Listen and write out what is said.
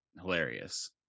hilarious